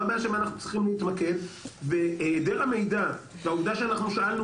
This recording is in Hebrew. הבעיה שבה אנחנו צריכים להתמקד והעדר המידע והעובדה שאנחנו שאלנו,